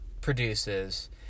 produces